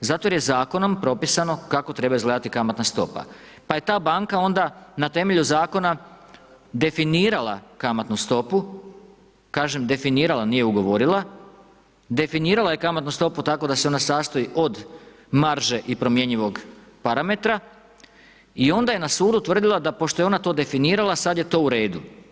zato što je zakonom propisano kako treba izgledati kamatna stopa pa je ta banka onda na temelju zakona definirala kamatnu stopu, kažem definirala nije ugovorila, definirala je kamatnu stopu tako da se ona sastoji od marže i promjenjivog parametra i onda je na sudu tvrdila da pošto je ona to definirala sad je to u redu.